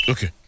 Okay